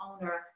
owner